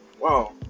wow